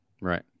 right